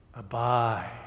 Abide